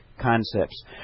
concepts